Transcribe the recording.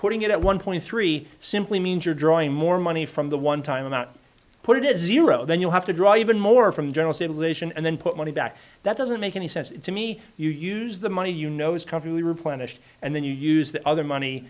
putting it at one point three simply means you're drawing more money from the one time out put it is zero then you have to draw even more from general civilization and then put money back that doesn't make any sense to me you use the money you know as cover to replenish and then you use the other money